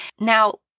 Now